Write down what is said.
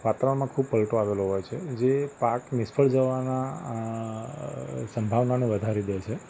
વાતાવરણમાં ખૂબ પલટો આવેલો હોય છે જે પાક નિષ્ફળ જવાનાં અ સંભાવનાને વધારી દે છે